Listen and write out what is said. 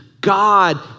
God